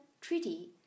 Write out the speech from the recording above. Treaty